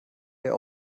der